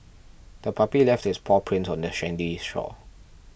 the puppy left its paw prints on the sandy shore